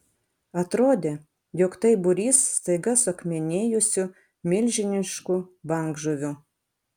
atrodė jog tai būrys staiga suakmenėjusių milžiniškų bangžuvių